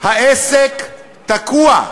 העסק תקוע.